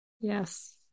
Yes